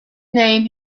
name